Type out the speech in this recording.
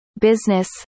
business